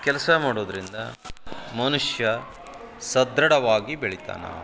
ಕೆಲಸ ಮಾಡೋದರಿಂದ ಮನುಷ್ಯ ಸದೃಢವಾಗಿ ಬೆಳಿತಾನೆ